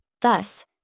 Thus